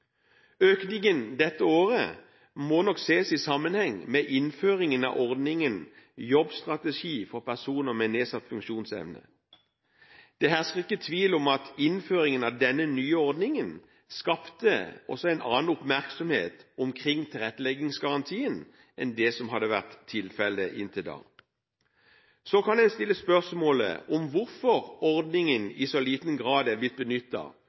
Økningen dette året må nok ses i sammenheng med innføringen av ordningen Jobbstrategi for personer med nedsatt funksjonsevne. Det hersker ikke tvil om at innføringen av denne nye ordningen også skapte en annen oppmerksomhet omkring tilretteleggingsgarantien enn det som hadde vært tilfellet inntil da. Så kan en stille spørsmål om hvorfor ordningen i så liten grad er